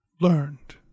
learned